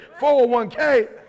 401k